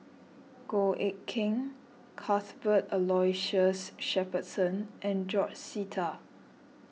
Goh Eck Kheng Cuthbert Aloysius Shepherdson and George Sita